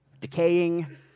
decaying